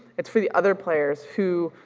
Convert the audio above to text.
it's for the other players who,